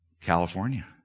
California